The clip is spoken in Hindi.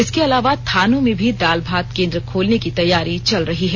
इसके अलावा थानों में भी दाल भात केंद्र खोलने की तैयारी चल रही है